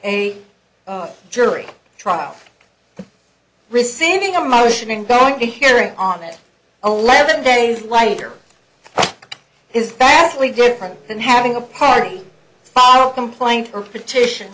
a jury trial receiving or motioning back to hearing on it eleven days later is vastly different than having a party follow complaint or petition